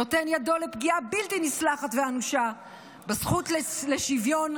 נותן ידו לפגיעה בלתי נסלחת ואנושה בזכות לשוויון,